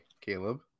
caleb